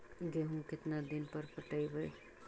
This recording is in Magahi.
गेहूं केतना दिन पर पटइबै?